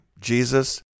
Jesus